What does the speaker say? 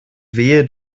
wehe